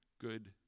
good